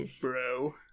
bro